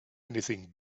anything